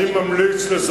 אני ממליץ,